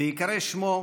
בהיקרא שמו,